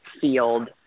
field